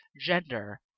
gender